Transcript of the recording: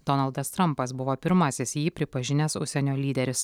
donaldas trampas buvo pirmasis jį pripažinęs užsienio lyderis